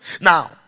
Now